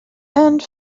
and